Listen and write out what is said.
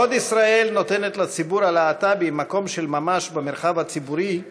בעוד ישראל נותנת לציבור הלהט"בי מקום של ממש במרחב הציבורי,